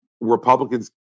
Republicans